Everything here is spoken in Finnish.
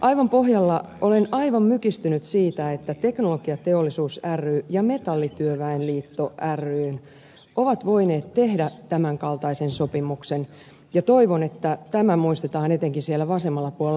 aivan pohjalla olen aivan mykistynyt siitä että teknologiateollisuus ry ja metallityöväen liitto ry ovat voineet tehdä tämän kaltaisen sopimuksen ja toivon että tämä muistetaan etenkin siellä vasemmalla puolella